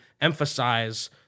emphasize